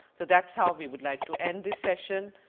so that is how we would like to end this session,